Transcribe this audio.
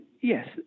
yes